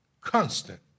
constant